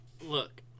Look